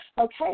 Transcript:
Okay